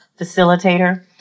facilitator